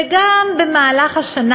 וגם במהלך השנה,